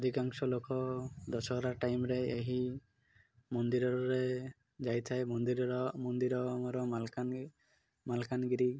ଅଧିକାଂଶ ଲୋକ ଦଶହରା ଟାଇମ୍ରେ ଏହି ମନ୍ଦିରରେ ଯାଇଥାଏ ମନ୍ଦିରର ମନ୍ଦିର ଆମର ମାଲକାନଗିରି